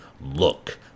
look